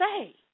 say